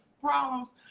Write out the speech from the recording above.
problems